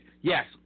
Yes